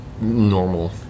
normal